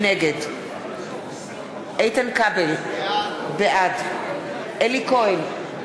נגד איתן כבל, בעד אלי כהן,